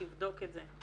תבדוק את זה.